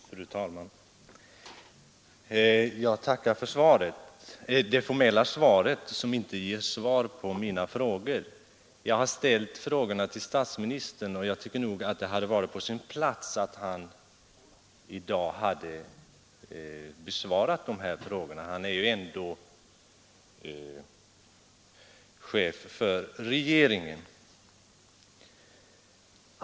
Fru talman! Jag tackar för det formella svaret, som inte ger svar på mina frågor. Jag har ställt frågorna till statsministern, och jag tycker nog att det hade varit på sin plats att han i dag hade besvarat de här frågorna — han är ju ändå chef för regeringen.